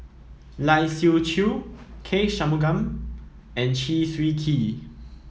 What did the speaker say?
Lai Siu Chiu K Shanmugam and Chew Swee Kee